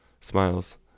Smiles